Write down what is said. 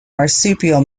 marsupial